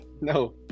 No